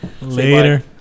Later